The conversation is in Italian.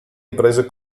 imprese